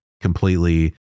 completely